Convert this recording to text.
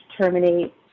terminate